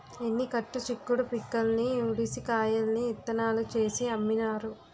ఎన్ని కట్టు చిక్కుడు పిక్కల్ని ఉడిసి కాయల్ని ఇత్తనాలు చేసి అమ్మినారు